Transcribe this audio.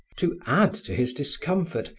to add to his discomfort,